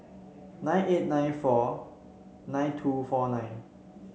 six eight nine four nine two four nine